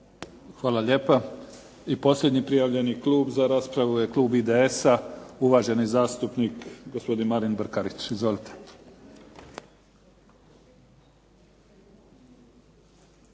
Hvala lijepa. I posljednji prijavljeni klub za raspravu je klub IDS-a, uvaženi zastupnik gospodin Marin Brkarić. Izvolite.